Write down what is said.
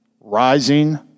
rising